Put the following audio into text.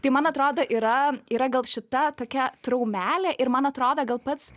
tai man atrodo yra yra gal šita tokia traumelė ir man atrodo gal pats